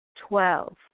Twelve